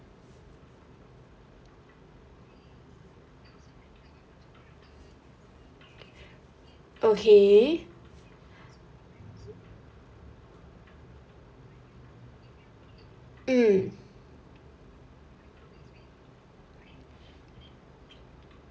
okay mm